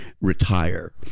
retire